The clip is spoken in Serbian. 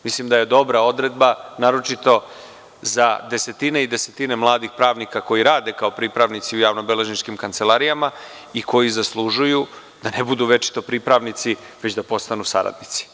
Mislim da je dobra odredba, naročito za desetine i desetine mladih pravnika koji rade kao pripravnici u javnobeležničkim kancelarijama i koji zaslužuju da ne budu večito pripravnici, već da postanu saradnici.